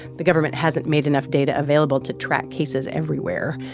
the government hasn't made enough data available to track cases everywhere.